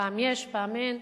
פעם יש ופעם אין.